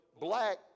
black